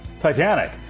Titanic